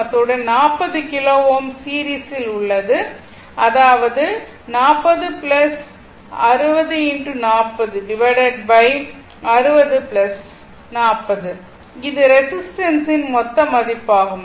அத்துடன் 40 கிலோ Ω சீரிஸில் உள்ளன அதாவதுஇது ரெசிஸ்டன்ஸின் மொத்த மதிப்பு ஆகும்